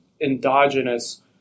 endogenous